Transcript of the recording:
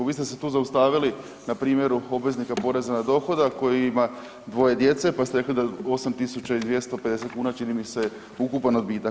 Vi ste se tu zaustavili na primjeru obveznika poreza na dohodak koji imaju dvoje djece pa ste rekli da 8.250 kuna čini mi se ukupan odbitak.